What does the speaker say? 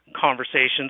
conversations